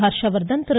Harshvardhan Thiru